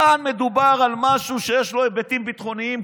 כאן מדובר על משהו שיש בו היבטים ביטחוניים,